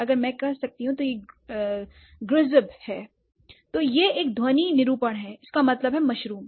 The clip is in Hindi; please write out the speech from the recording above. अगर मैं कह सकता हूं कि ग्रैज्ब है तो यह एक ध्वनि निरूपण है इसका मतलब है मशरूम